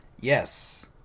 Yes